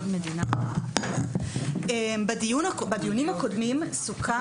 בדיונים הקודמים סוכם